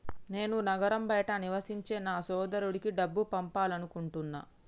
నేను నగరం బయట నివసించే నా సోదరుడికి డబ్బు పంపాలనుకుంటున్నా